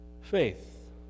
Faith